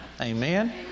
Amen